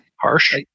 harsh